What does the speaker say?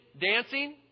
dancing